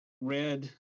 red